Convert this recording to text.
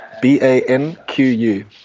B-A-N-Q-U